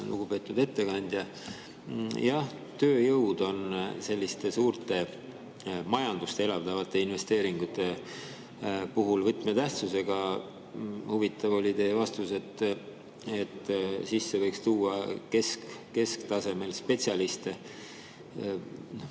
Lugupeetud ettekandja! Jah, tööjõud on selliste suurte majandust elavdavate investeeringute puhul võtmetähtsusega. Huvitav oli teie vastus, et sisse võiks tuua kesktasemel spetsialiste.